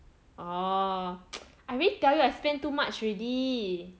orh I already tell you I spend too much already